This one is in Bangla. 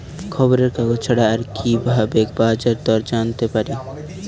খবরের কাগজ ছাড়া আর কি ভাবে বাজার দর জানতে পারি?